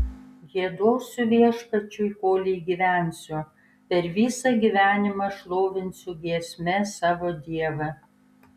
giedosiu viešpačiui kolei gyvensiu per visą gyvenimą šlovinsiu giesme savo dievą